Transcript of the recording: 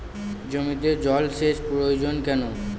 জমিতে জল সেচ প্রয়োজন কেন?